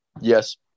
Yes